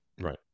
Right